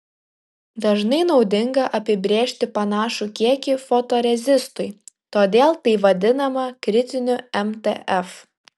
dažnai naudinga apibrėžti panašų kiekį fotorezistui todėl tai vadinama kritiniu mtf